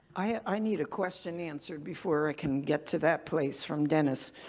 i need a question answered before i can get to that place, from dennis.